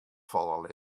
falle